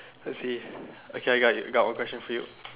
let's see okay I got I got one question for you